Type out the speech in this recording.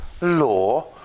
law